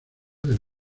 del